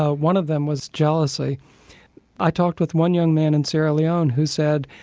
ah one of them was jealousy i talked with one young man in sierra leone who said,